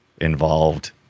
involved